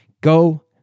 Go